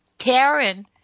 Karen